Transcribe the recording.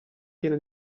piena